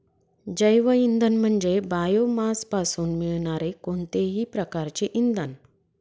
जैवइंधन म्हणजे बायोमासपासून मिळणारे कोणतेही प्रकारचे इंधन